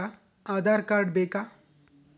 Aadhaar card ಬೇಕಾ?